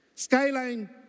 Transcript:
Skyline